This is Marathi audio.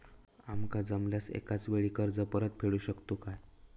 आमका जमल्यास एकाच वेळी कर्ज परत फेडू शकतू काय?